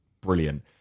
Brilliant